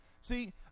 See